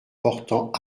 portant